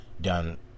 done